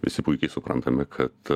visi puikiai suprantame kad